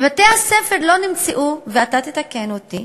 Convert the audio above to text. בבתי-הספר לא נמצאו, ואתה תתקן אותי,